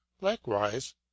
likewise